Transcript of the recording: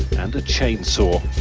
and a chainsaw.